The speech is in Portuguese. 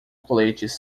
coletes